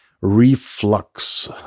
reflux